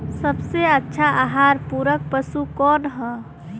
सबसे अच्छा आहार पूरक पशु कौन ह?